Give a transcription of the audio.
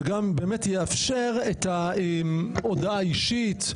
וגם זה באמת יאפשר את ההודעה האישית,